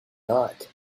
not